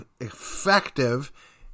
effective